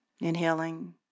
Inhaling